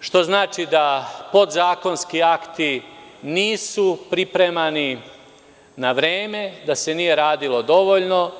što znači da podzakonski akti nisu pripremani na vreme, da se nije radilo dovoljno.